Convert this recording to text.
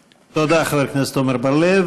תודה, חבר הכנסת עמר בר-לב.